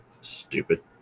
stupid